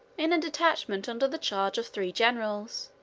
in a detachment under the charge of three generals,